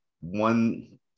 One